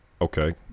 Okay